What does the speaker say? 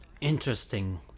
Interesting